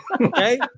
Okay